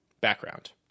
Background